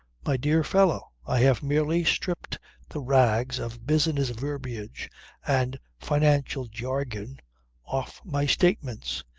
my dear fellow i have merely stripped the rags of business verbiage and financial jargon off my statements.